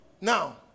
now